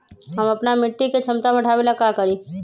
हम अपना मिट्टी के झमता बढ़ाबे ला का करी?